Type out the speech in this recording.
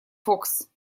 firefox